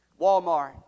Walmart